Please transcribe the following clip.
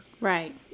Right